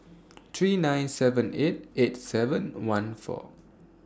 three nine seven eight eight seven one four